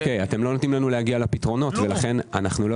אתם לא נותנים לנו להגיע לפתרונות ולכן אנו לא